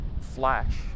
flash